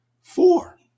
Four